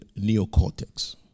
neocortex